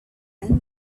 and